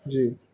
جی